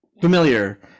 familiar